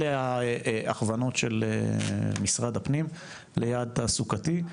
אלה ההכוונות של משרד הפנים ליעד תעסוקתי.